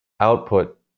output